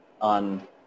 on